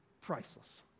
Priceless